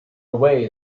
away